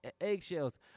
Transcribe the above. eggshells